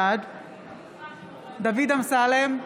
בעד דוד אמסלם,